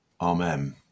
Amen